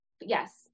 yes